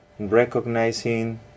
recognizing